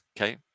Okay